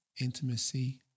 intimacy